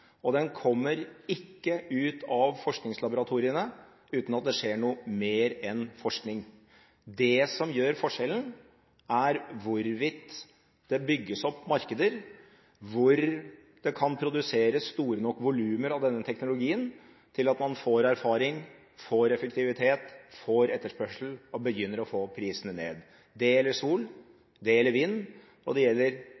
Og den kommer ikke ut av forskningslaboratoriene uten at det skjer noe mer enn forskning. Det som gjør forskjellen, er hvorvidt det bygges opp markeder hvor det kan produseres store nok volumer av denne teknologien til at man får erfaring, får effektivitet, får etterspørsel og begynner å få prisene ned.